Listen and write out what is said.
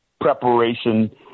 preparation